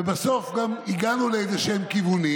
ובסוף גם הגענו לאיזשהם כיוונים.